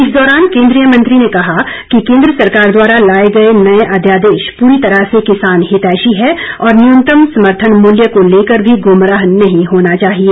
इस दौरान केन्द्रीय मंत्री ने कहा कि केंद्र सरकार द्वारा लाए गए नए अध्यादेश पूरी तरह से किसान हितैषी है और न्यूनतम समर्थन मूल्य को लेकर भी गुमराह नहीं होना चाहिए